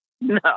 No